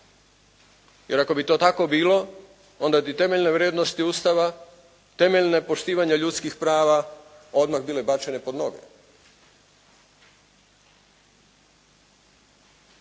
Jer ako bi to tako bilo onda bi temeljne vrijednosti Ustava, temeljna poštivanja ljudskih prava odmah bile bačene pod noge.